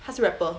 他是 rapper